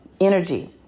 energy